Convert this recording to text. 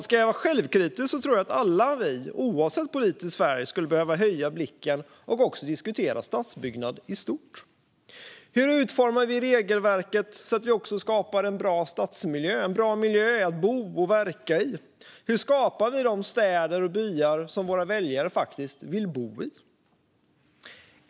Ska jag vara självkritisk tror jag att vi alla, oavsett politisk färg, skulle behöva höja blicken och också diskutera stadsbyggnad i stort: Hur utformar vi ett regelverk som också skapar en bra stadsmiljö, en bra miljö att bo och verka i? Hur skapar vi de städer och byar som våra väljare faktiskt vill bo i?